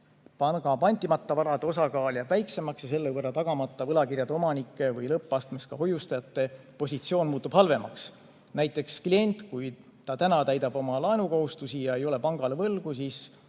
Panga pantimata varade osakaal jääb väiksemaks ja selle võrra tagamata võlakirjade omanike või lõppastmes ka hoiustajate positsioon muutub halvemaks. Näiteks, kui klient täidab oma laenukohustusi ega ole pangale võlgu, siis